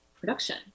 production